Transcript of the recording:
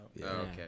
okay